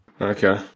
Okay